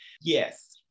Yes